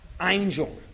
angel